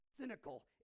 cynical